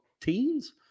teens